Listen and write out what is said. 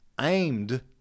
aimed